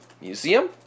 Museum